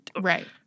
right